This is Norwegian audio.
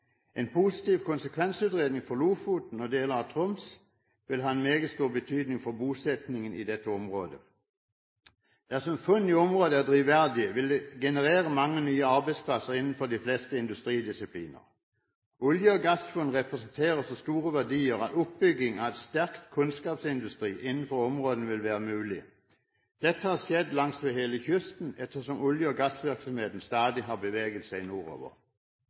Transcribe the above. En positiv konsekvensutredning for Lofoten og deler av Troms vil ha meget stor betydning for bosettingen i dette området. Dersom funn i området er drivverdige, vil det generere mange nye arbeidsplasser innenfor de fleste industridisipliner. Olje- og gassfunn representerer så store verdier at oppbygging av en sterk kunnskapsindustri innenfor områdene vil være mulig. Dette har skjedd langsmed hele kysten etter som olje- og gassvirksomheten stadig har beveget seg nordover. Reiselivsnæringen, som i